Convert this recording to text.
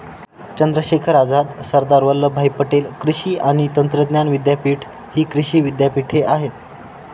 चंद्रशेखर आझाद, सरदार वल्लभभाई पटेल कृषी आणि तंत्रज्ञान विद्यापीठ हि कृषी विद्यापीठे आहेत